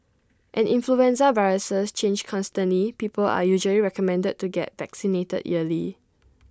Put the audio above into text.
as influenza viruses change constantly people are usually recommended to get vaccinated yearly